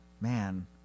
Man